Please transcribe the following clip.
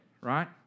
right